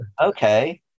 Okay